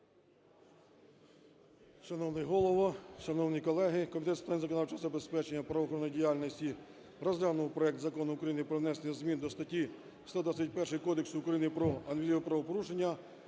Шановний Голово, шановні колеги! Комітет з питань законодавчого забезпечення і правоохоронної діяльності розглянув проект Закону України про внесення змін до статті 121 Кодексу України про адміністративні правопорушення